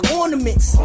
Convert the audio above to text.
ornaments